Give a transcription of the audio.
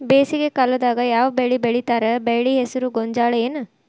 ಬೇಸಿಗೆ ಕಾಲದಾಗ ಯಾವ್ ಬೆಳಿ ಬೆಳಿತಾರ, ಬೆಳಿ ಹೆಸರು ಗೋಂಜಾಳ ಏನ್?